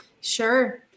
sure